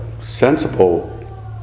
sensible